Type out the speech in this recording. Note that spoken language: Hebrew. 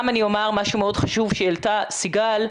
גם אני אומר משהו מאוד חשוב שהעלתה סיגל.